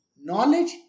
Knowledge